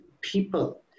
people